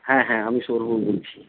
হ্যাঁ হ্যাঁ আমি সৌরভবাবু বলছি